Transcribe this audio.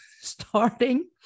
starting